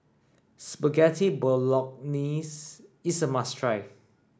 Spaghetti Bologneses is a must try